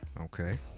Okay